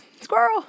Squirrel